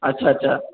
আচ্ছা আচ্ছা